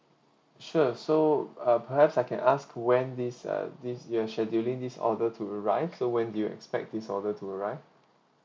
sure so uh perhaps I can ask when this uh this you're scheduling this order to arrive so when do you expect this order to arrive